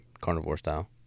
carnivore-style